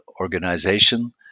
organization